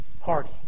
party